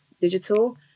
Digital